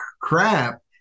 crap